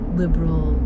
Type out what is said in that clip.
liberal